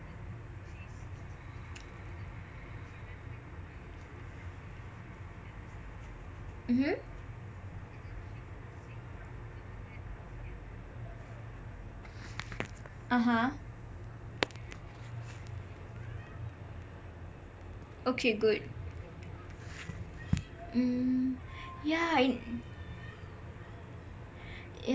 mmhmm (uh huh) okay good mm yah